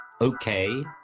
Okay